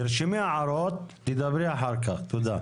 תרשמי הערות, תדברי אחר-כך, תודה.